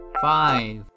five